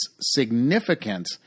significant